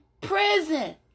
prison